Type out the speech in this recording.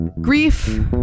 grief